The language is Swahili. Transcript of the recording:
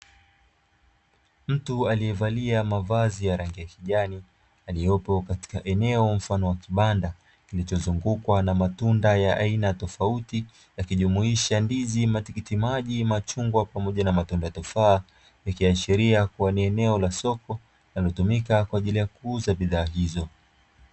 Mtu aliye valia mavazi ya rangi ya kijani, aliyopo katika eneo mfano wa kibanda kilicho zungukwa na matunda ya aina tofauti yaki jumuisha: ndizi, matikiti maji, machungwa pamoja na matunda tofaa , ikiashiria ni eneo la soko linalo tumika kwa ajili ya kuuza bidhaa hizo.